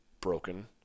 broken